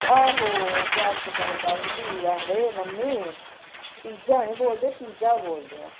आहो जागत बोलदा ही कि आखदे मम्मी पिज्जा नी बोलदे पिजा बोलदे ऐ